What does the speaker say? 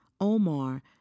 Omar